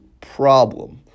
problem